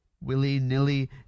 Willy-nilly